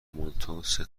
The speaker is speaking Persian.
مانتو، سه